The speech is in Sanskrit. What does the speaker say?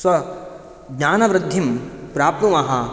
स्वज्ञानवृद्धिं प्राप्नुमः